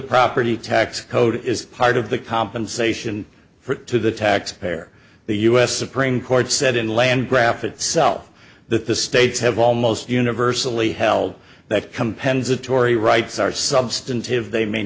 property tax code is part of the compensation for to the taxpayer the u s supreme court said in land graph itself that the states have almost universally held that compensatory rights are substantive they may